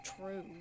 true